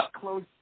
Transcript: close